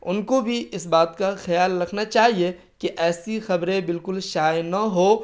ان کو بھی اس بات کا خیال رکھنا چاہیے کہ ایسی خبریں بالکل شائع نہ ہو